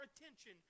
attention